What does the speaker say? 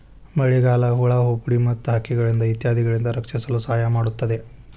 ಮಳಿಗಾಳಿ, ಹುಳಾಹುಪ್ಡಿ ಮತ್ತ ಹಕ್ಕಿಗಳಿಂದ ಇತ್ಯಾದಿಗಳಿಂದ ರಕ್ಷಿಸಲು ಸಹಾಯ ಮಾಡುತ್ತದೆ